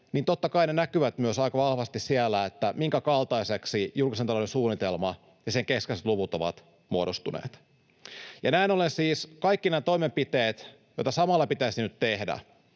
totta kai näkyvät myös aika vahvasti siellä, minkäkaltaisiksi julkisen talouden suunnitelma ja sen keskeiset luvut ovat muodostuneet. Näin ollen siis samalla pitäisi nyt tehdä